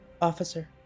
Officer